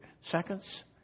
seconds